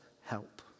help